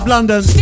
London